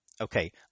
okay